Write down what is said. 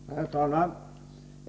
Herr talman!